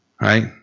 Right